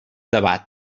debat